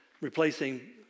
replacing